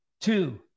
Two